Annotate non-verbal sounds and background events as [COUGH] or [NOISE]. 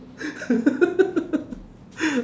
[LAUGHS]